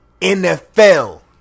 NFL